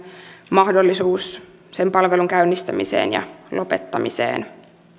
mahdollisuus sen palvelun käynnistämiseen ja lopettamiseen